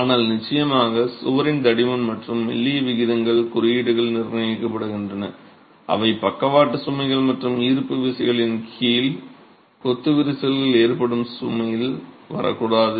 ஆனால் நிச்சயமாக சுவரின் தடிமன் மற்றும் மெல்லிய விகிதங்கள் குறியீடுகளால் நிர்ணயிக்கப்படுகின்றன அவை பக்கவாட்டு சுமைகள் மற்றும் ஈர்ப்பு விசைகளின் கீழ் கொத்து விரிசல் ஏற்படும் சூழ்நிலையில் வரக்கூடாது